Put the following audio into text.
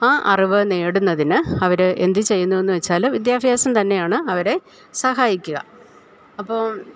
ആ അറിവ് നേടുന്നതിന് അവര് എന്ത് ചെയ്യുന്നു എന്ന് വെച്ചാല് വിദ്യാഭ്യാസം തന്നെയാണ് അവരെ സഹായിക്കുക അപ്പോൾ